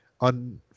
On